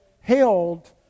held